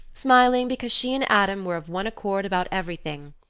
smiling because she and adam were of one accord about everything,